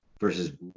versus